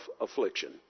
affliction